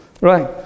Right